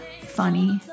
funny